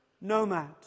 nomad